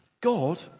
god